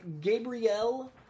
Gabrielle